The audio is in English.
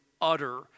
utter